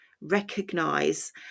recognize